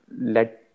let